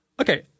Okay